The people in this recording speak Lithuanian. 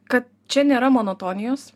kad čia nėra monotonijos